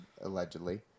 allegedly